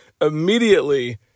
immediately